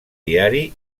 diari